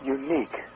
unique